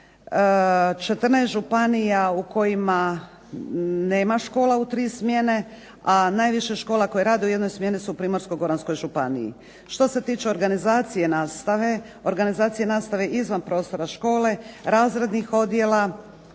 14 županija u kojima nema škola u tri smjene, a najviše škola koje rade u jednoj smjeni su u Primorsko-goranskoj županiji. Što se tiče organizacije nastave, organizacije nastave izvan prostora škole, razrednih odjela